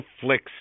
flicks